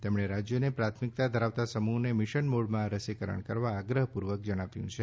તેમણે રાજ્યોને પ્રાથમિકતા ધરાવતા સમૂહોને મિશન મોડમાં રસીકરણ કરવા આગ્રહપૂર્વક જણાવ્યું છે